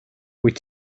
wyt